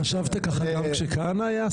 חשבת ככה גם כשכהנא היה השר?